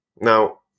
Now